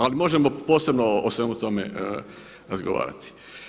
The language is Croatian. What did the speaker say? Ali možemo posebno o svemu tome razgovarati.